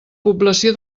població